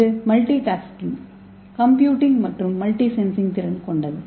இது multi tasking computing மற்றும் multi sensing திறன் கொண்டது